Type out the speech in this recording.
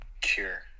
Cure